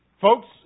Folks